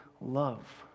love